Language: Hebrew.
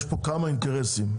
יש פה כמה אינטרסים.